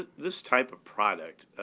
this type of product,